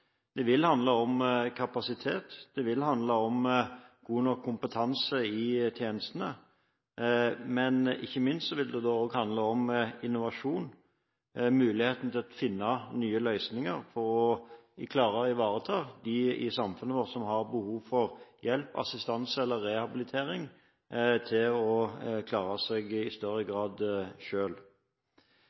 Det vil handle om kapasitet, det vil handle om god nok kompetanse i tjenestene, men ikke minst vil det også handle om innovasjon, muligheten til å finne nye løsninger for å klare å ivareta dem i samfunnet vårt som har behov for hjelp, assistanse eller rehabilitering, så de i større grad